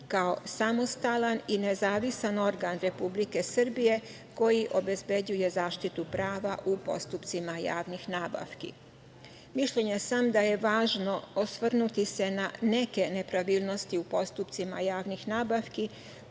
kao samostalan i nezavistan organ Republike Srbije koji obezbeđuje zaštitu prava u postupcima javnih nabavki. Mišljenja sam da je važno osvrnuti se na neke nepravilnosti u postupcima javnih nabavki